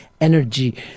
energy